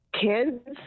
kids